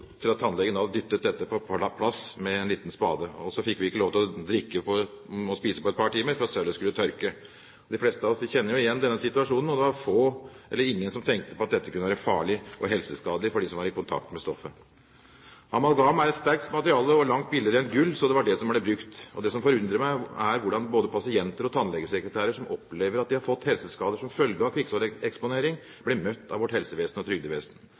fordi man hadde holdt ut med denne boringen. Men de som da blandet dette sølvet, var tannlegeassistentene. Når tannlegen bestilte tre amalgam, tok tannlegeassistenten til både å koke og kna i morteren sin og bearbeidet det videre i hendene, til tannlegen da dyttet dette på plass med en liten spade. Og så fikk vi ikke lov til å drikke og spise på et par timer for at sølvet skulle tørke. De fleste av oss kjenner jo igjen denne situasjonen, og det var få eller ingen som tenkte på at dette kunne være farlig eller helseskadelig for dem som var i kontakt med stoffet. Amalgam er et sterkt materiale og langt billigere enn gull, så det var det som ble brukt. Det som forundrer meg, er